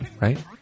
right